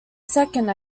second